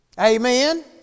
Amen